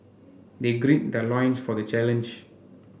they gird their loins for the challenge